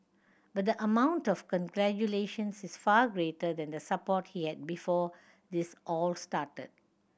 but the amount of congratulations is far greater than the support he had before this all started